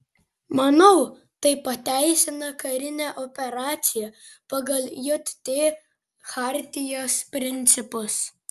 manau tai pateisina karinę operaciją pagal jt chartijos principus